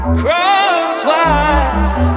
crosswise